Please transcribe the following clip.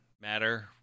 matter